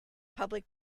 public